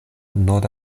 nord